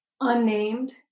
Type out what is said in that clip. unnamed